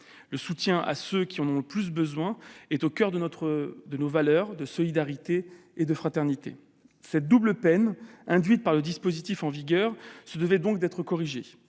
Le soutien à ceux qui en ont le plus besoin est au coeur de nos valeurs de solidarité et de fraternité. Cette double peine induite par le dispositif en vigueur se devait d'être corrigée.